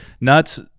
Nuts